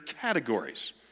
categories